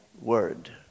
word